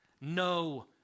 No